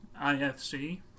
IFC